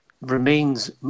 remains